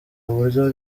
uburyo